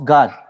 God